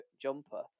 jumper